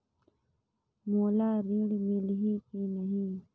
मोला ऋण मिलही की नहीं?